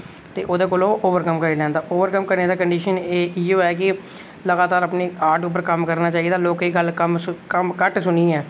ते ओह्दे कोला ओवरकम करी लैंदा ते ओवरकम करने दी कंडीशन इ'यै कि लगातार अपने आर्ट उप्पर कम्म करना चाहिदा ते लोकें दी गल्ल घट्ट सुनियै